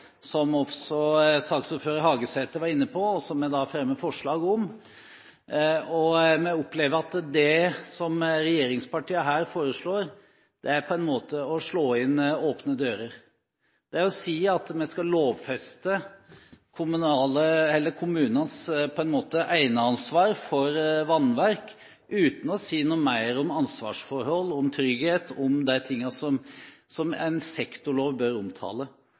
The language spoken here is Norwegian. som også saksordføreren, Hagesæter, var inne på, og som vi fremmer forslag om. Vi opplever at det som regjeringspartiene her foreslår, på en måte er å slå inn åpne dører, si at vi skal lovfeste kommunenes eneansvar for vannverk, uten å si noe mer om ansvarsforhold, om trygghet – om de tingene som en sektorlov bør omtale.